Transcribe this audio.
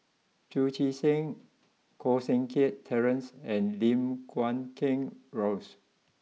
Chu Chee Seng Koh Seng Kiat Terence and Lim Guat Kheng Rosie